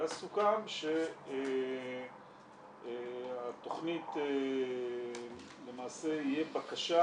ואז סוכם שהתכנית --- למעשה תהיה בקשה